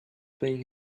paying